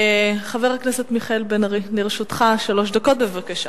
חבר הכנסת מיכאל בן-ארי, לרשותך שלוש דקות, בבקשה.